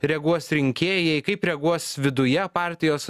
reaguos rinkėjai kaip reaguos viduje partijos